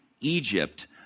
Egypt